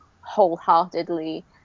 wholeheartedly